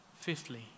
Fifthly